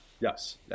yes